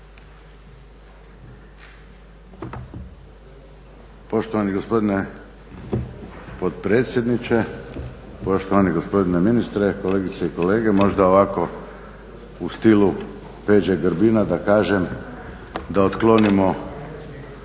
Poštovani gospodine potpredsjedniče, poštovani gospodine ministre, kolegice i kolege. Možda ovako u stilu Peđe Grbina da kažem da otklonimo